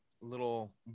Little